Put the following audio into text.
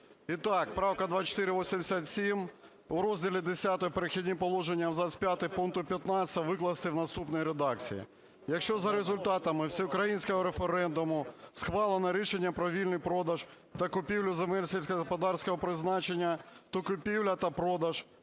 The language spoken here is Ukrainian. Ітак, правка 2487. В Розділі Х "Перехідні положення" абзац п'ятий пункту 15 викласти в наступній редакції: "Якщо за результатами всеукраїнського референдуму схвалено рішення про вільних продаж та купівлю земель сільськогосподарського призначення, то купівля та продаж